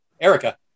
Erica